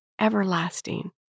Everlasting